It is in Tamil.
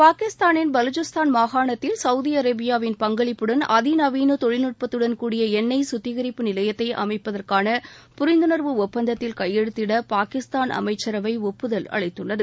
பாகிஸ்தானின் பலுசிஸ்தான் மாகாணத்தில் சவுதி அரேபியாவின் பங்களிப்புடன் அதிநவீன தொழில்நுட்பத்துடன்கூடிய எண்ணெய் கத்திகரிப்பு நிலையத்தை அமைப்பதற்கான புரிந்துணர்வு ஒப்பந்தத்தில் கையெழுத்திட பாகிஸ்தான் அமைச்சரவை ஒப்புதல் அளித்துள்ளது